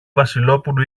βασιλόπουλου